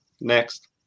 Next